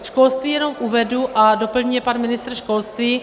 Školství jenom uvedu a doplní mě pan ministr školství.